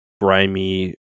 grimy